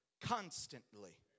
constantly